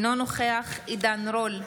אינו נוכח עידן רול,